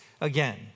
again